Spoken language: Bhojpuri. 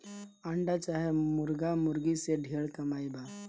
अंडा चाहे मुर्गा मुर्गी से ढेर कमाई बा